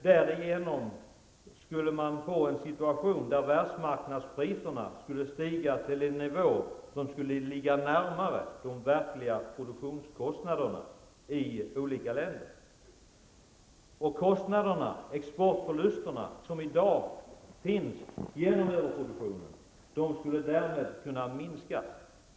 Därigenom skulle man kunna få en situation där världsmarknadspriserna stiger till en nivå som ligger närmare de verkliga produktionskostnaderna i olika länder. Exportförlusterna på grund av överproduktionen skulle därmed kunna minskas.